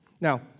Now